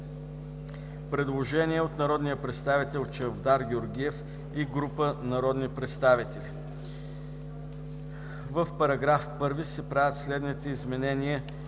Предложение от народния представител Чавдар Георгиев и група народни представители: „В § 1 се правят следните изменения: